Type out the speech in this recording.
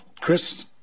Chris